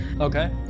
Okay